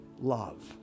love